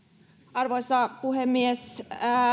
arvoisa puhemies